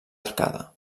arcada